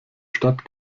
stadt